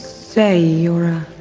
say your